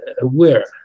aware